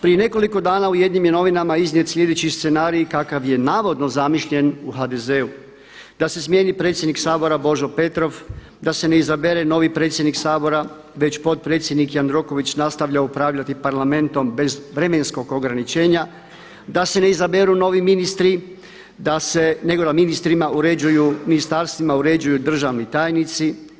Prije nekoliko dana u jednim je novinama iznijet sljedeći scenarij kakav je navodno zamišljen u HDZ-u, da se smijeni predsjednik Sabora Božo Petrov, da se ne izabere novi predsjednik Sabora, već potpredsjednik Jandroković nastavlja upravljati Parlamentom bez vremenskog ograničenja, da se ne izaberu novi ministri, nego da ministarstvima uređuju državni tajnici.